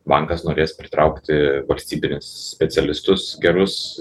bankas norės pritraukti valstybinius specialistus gerus